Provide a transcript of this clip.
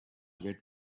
get